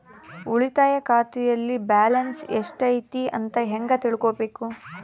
ಉಳಿತಾಯ ಖಾತೆಯಲ್ಲಿ ಬ್ಯಾಲೆನ್ಸ್ ಎಷ್ಟೈತಿ ಅಂತ ಹೆಂಗ ತಿಳ್ಕೊಬೇಕು?